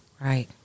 Right